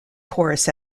chorus